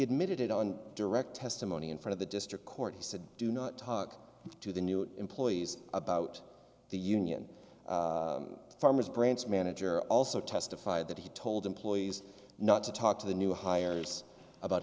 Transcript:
admitted it on direct testimony in front of the district court he said do not talk to the new employees about the union farmers branch manager also testified that he told employees not to talk to the new hires about